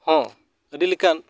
ᱦᱚᱸ ᱟᱹᱰᱤ ᱞᱮᱠᱟᱱ